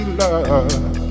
love